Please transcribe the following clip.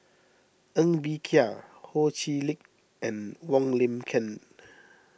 Ng Bee Kia Ho Chee Lick and Wong Lin Ken